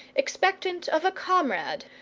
expectant of a comrade,